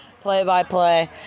play-by-play